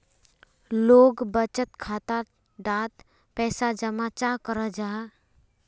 लोग बचत खाता डात पैसा जमा चाँ करो जाहा?